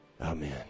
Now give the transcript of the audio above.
Amen